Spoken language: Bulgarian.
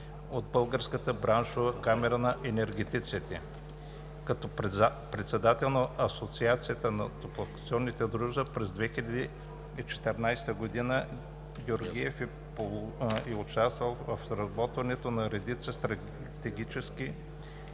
от Българската браншова камара на енергетиците. Като председател на Асоциацията на топлофикационните дружества през 2014 г., Георгиев е участвал в разработването на редица стратегически